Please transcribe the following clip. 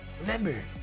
Remember